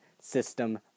System